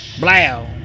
Blow